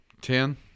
Ten